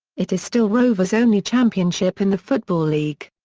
it is still rovers' only championship in the football league.